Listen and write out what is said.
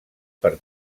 per